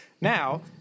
Now